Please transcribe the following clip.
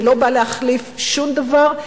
זה לא בא להחליף שום דבר,